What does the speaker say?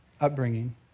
upbringing